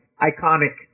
iconic